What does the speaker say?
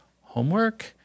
homework